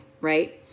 Right